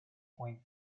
point